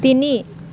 তিনি